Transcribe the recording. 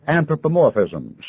anthropomorphisms